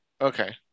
Okay